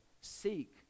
seek